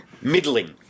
Middling